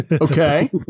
Okay